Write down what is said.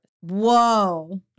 Whoa